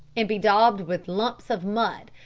and bedaubed with lumps of mud,